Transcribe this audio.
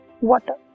water